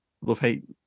love-hate